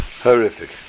Horrific